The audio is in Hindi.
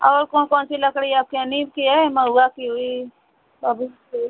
और कौन कौनसी लकड़ी है आपके यहाँ नीम की है महुआ की हुई बबूल की